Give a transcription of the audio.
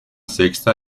sexta